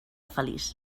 feliç